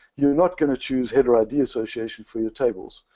you're not going to choose header id association for your tables.